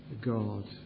God